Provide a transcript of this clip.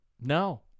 No